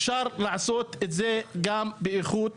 אפשר לעשות את זה גם באיכות הסביבה.